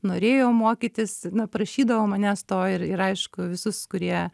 norėjo mokytis na prašydavo manęs to ir aišku visus kurie